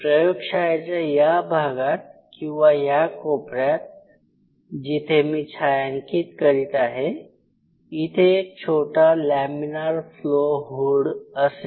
प्रयोगशाळेच्या या भागात किंवा या कोपऱ्यात जिथे मी छायांकित करीत आहे इथे एक छोटा लॅमीनार फ्लो हुड असेल